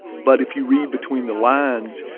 but if you read between the lines,